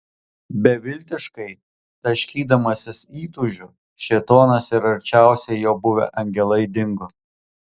beviltiškai taškydamasis įtūžiu šėtonas ir arčiausiai jo buvę angelai dingo